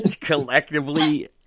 collectively